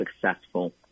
successful